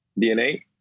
DNA